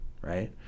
right